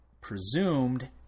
presumed